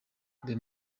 the